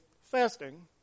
fasting